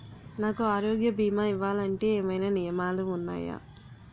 నాకు ఆరోగ్య భీమా ఇవ్వాలంటే ఏమైనా నియమాలు వున్నాయా?